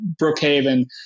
Brookhaven